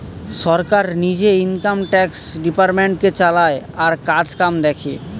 সরকার নিজে income tax ডিপার্টমেন্টটাকে চালায় আর কাজকাম দেখে